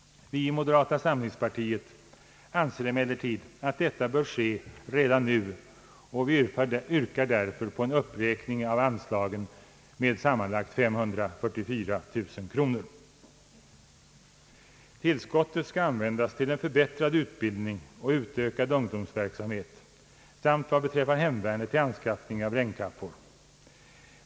Vi i moderata samlingspartiet anser emellertid att detta bör ske redan nu, och vi yrkar därför på en uppräkning av anslagen med sammanlagt 5344 000 kronor. Tillskottet skall användas till en förbättrad utbildning och utökad ungdomsverksamhet samt vad beträffar hemvärnet till anskaffning av regnkap por.